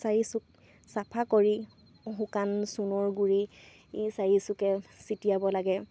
চাৰিচুক চাফা কৰি শুকান চূণৰ গুড়ি ই চাৰিচুকে ছিটিয়াব লাগে